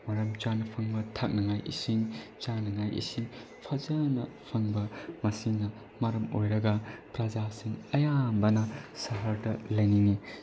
ꯃꯔꯝ ꯆꯥꯅ ꯐꯪꯕ ꯊꯛꯅꯉꯥꯏ ꯏꯁꯤꯡ ꯆꯥꯅꯉꯥꯏ ꯏꯁꯤꯡ ꯐꯖꯅ ꯐꯪꯕ ꯃꯁꯤꯅ ꯃꯔꯝ ꯑꯣꯏꯔꯒ ꯄ꯭ꯔꯖꯥꯁꯤꯡ ꯑꯌꯥꯝꯕꯅ ꯁꯍꯔꯗ ꯂꯩꯅꯤꯡꯏ